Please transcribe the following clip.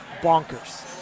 bonkers